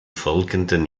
folgenden